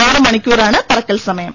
ആറു മണിക്കൂറാണ് പറക്കൽ സമയം